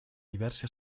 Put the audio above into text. diverse